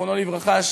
זיכרונו לברכה,